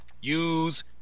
use